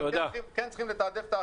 אבל כן צריך לתעדף את האחרים.